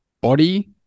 body